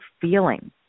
feeling